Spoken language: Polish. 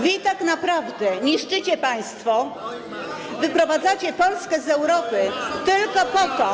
Wy tak naprawdę niszczycie państwo, wyprowadzacie Polskę z Europy tylko po to.